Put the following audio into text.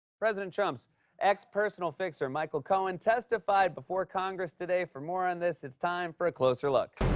president trump's ex-personal fixer, michael cohen, testified before congress today. for more on this, it's time for a closer look.